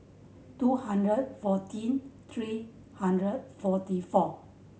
two hundred fourteen three hundred forty four